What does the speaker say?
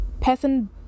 person